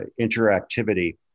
interactivity